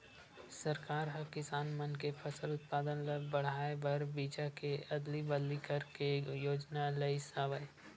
सरकार ह किसान मन के फसल उत्पादन ल बड़हाए बर बीजा के अदली बदली करे के योजना लइस हवय